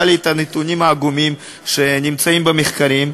לי את הנתונים העגומים שנמצאים במחקרים.